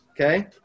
Okay